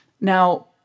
Now